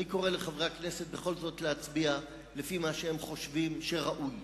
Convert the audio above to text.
אני קורא לחברי הכנסת בכל זאת להצביע לפי מה שהם חושבים שראוי.